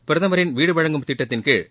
பிரதமரின் வீடு வழங்கும் திட்டத்தின்கீழ்